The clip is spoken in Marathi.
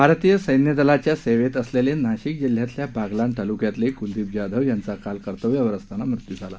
भारतीय सखिदलाच्या सेवेत असलेले नाशिक जिल्ह्यातल्या बागलाण तालुक्यातले कुलदीप जाधव यांचा काल कर्तव्यावर असताना मृत्यू झाला